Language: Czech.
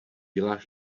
děláš